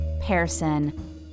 Pearson